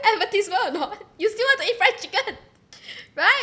advertisement or not you still want to eat fried chicken right